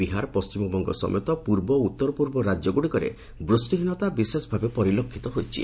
ବିହାର ପଣ୍ଟିମବଙ୍ଙ ସମେତ ପୂର୍ବ ଏବଂ ଉତ୍ତର ପୂର୍ବ ରାଜ୍ୟଗୁଡ଼ିକରେ ବୃଷ୍ଟିହୀନତା ବିଶେଷ ଭାବେ ପରିଲକ୍ଷିତ ହୋଇଛି